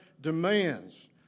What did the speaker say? demands